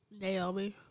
Naomi